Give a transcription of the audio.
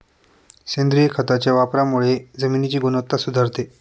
सेंद्रिय खताच्या वापरामुळे जमिनीची गुणवत्ता सुधारते